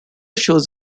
shows